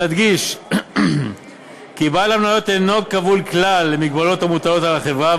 נדגיש כי בעל המניות אינו כבול כלל למגבלות המוטלות על החברה,